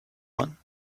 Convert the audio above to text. one